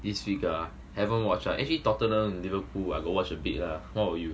this week ah haven't watch ah eh actually tottenham liverpool I got watch a bit lah what about you